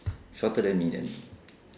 shorter than me then